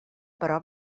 però